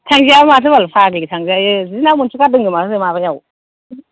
थांजाया माथो बाल फाग्लि थांजायो जि ना मोनसो गारदोंनो माथो माबायाव